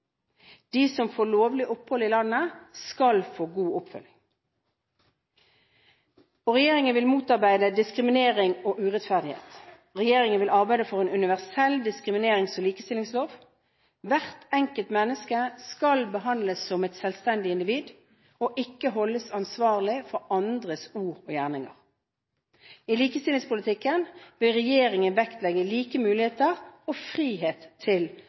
De som får lovlig opphold i landet, skal få god oppfølging. Regjeringen vil motarbeide diskriminering og urettferdighet. Regjeringen vil arbeide for en universell diskriminerings- og likestillingslov. Hvert enkelt menneske skal behandles som et selvstendig individ og ikke holdes ansvarlig for andres ord og gjerninger. I likestillingspolitikken vil regjeringen vektlegge like muligheter og frihet til